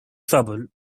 trouble